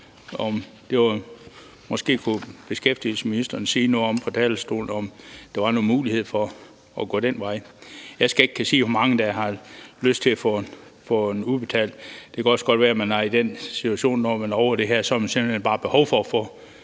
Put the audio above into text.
Det kunne beskæftigelsesministeren måske sige noget om på talerstolen, altså om der var nogle muligheder for at gå den vej. Jeg skal ikke kunne sige, hvor mange der har lyst til at få den udbetalt; det kan også godt være, man er i den situation, at når man er ovre det her, har man simpelt hen bare behov for at få